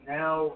now